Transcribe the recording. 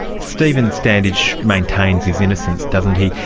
stephen standage maintains his innocence, doesn't he.